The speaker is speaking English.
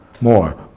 more